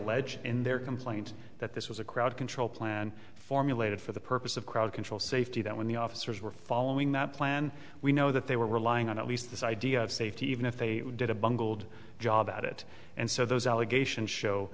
allege in their complaint that this was a crowd control plan formulated for the purpose of crowd control safety that when the officers were following that plan we know that they were relying on at least this idea of safety even if they did a bungled job at it and so those allegations show